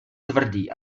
tvrdý